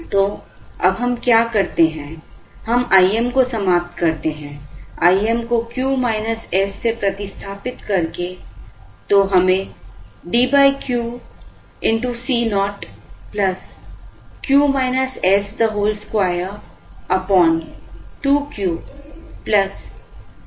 तो अब हम क्या करते हैं हम I m को समाप्त करते हैं I m को Q s से प्रतिस्थापित करके तो हमें DQ Co 2 2Q s22Q Cs